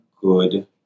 good